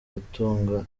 gutunga